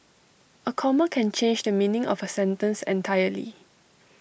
A comma can change the meaning of A sentence entirely